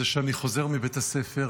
זה כשאני חוזר מבית הספר,